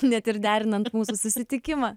net ir derinant mūsų susitikimą